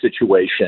situation